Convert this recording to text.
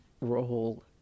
role